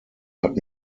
hat